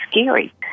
scary